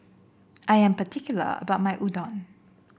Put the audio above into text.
I am particular about my Udon